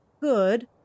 good